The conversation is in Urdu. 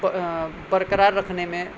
برقرار رکھنے میں